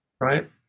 right